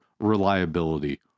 reliability